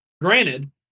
granted